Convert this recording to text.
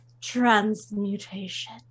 Transmutation